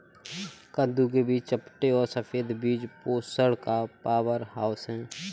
कद्दू के बीज चपटे और सफेद बीज पोषण का पावरहाउस हैं